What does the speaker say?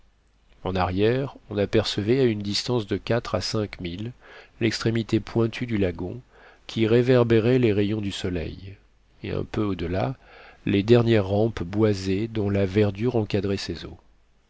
en arrière on apercevait à une distance de quatre à cinq milles l'extrémité pointue du lagon qui réverbérait les rayons du soleil et un peu au-delà les dernières rampes boisées dont la verdure encadrait ses eaux